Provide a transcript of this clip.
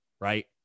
right